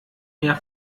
mehr